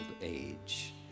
age